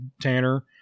Tanner